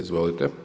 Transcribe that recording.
Izvolite.